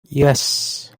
yes